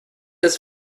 its